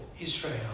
Israel